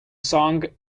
song